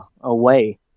away